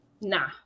Nah